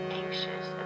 anxious